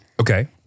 Okay